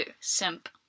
Simp